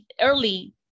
early